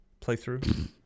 playthrough